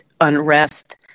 unrest